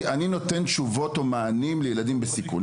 אני נותן תשובות או מענים לילדים בסיכון.